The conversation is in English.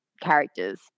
characters